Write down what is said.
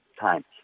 time